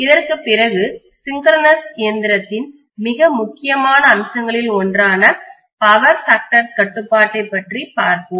இதற்குப் பிறகு சின்க்ரோனஸ்ஒத்திசைவு இயந்திரத்தின் மிக முக்கியமான அம்சங்களில் ஒன்றான பவர் ஃபேக்டர்சக்தி காரணி கட்டுப்பாட்டைப் பற்றி பார்ப்போம்